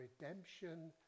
redemption